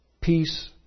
peace